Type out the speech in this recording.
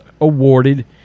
awarded